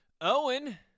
Owen